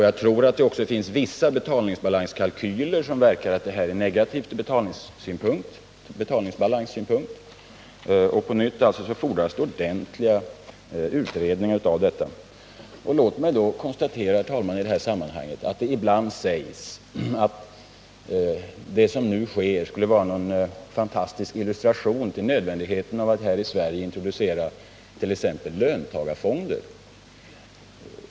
Jag tror att det också finns betalningsbalanskalkyler som pekar på att avtalet får negativa konsekvenser ur betalningsbalanssynpunkt. Det fordras alltså — jag upprepar det — ordentliga utredningar i den här frågan. Låt mig i detta sammanhang, herr talman, konstatera att det ibland sägs att det som nu sker skulle vara någon fantastisk illustration till nödvändigheten av att här i Sverige introducera t.ex. löntagarfonder.